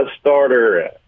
starter